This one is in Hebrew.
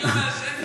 אני לא מעשן בכלל.